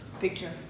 Picture